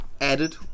Added